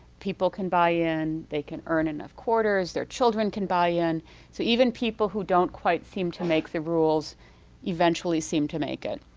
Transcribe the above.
people can buy in, they can earn enough quarters, their children can buy in so even people who don't quite seem to make the rules eventually seem to make it.